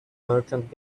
merchant